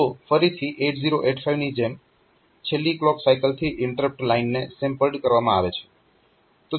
તો ફરીથી 8085 ની જેમ છેલ્લી ક્લોક સાયકલથી ઇન્ટરપ્ટ લાઇનને સેમ્પલ્ડ કરવામાં આવે છે